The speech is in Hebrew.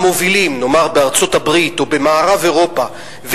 נאמר בארצות-הברית או במערב-אירופה,